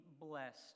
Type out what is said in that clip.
blessed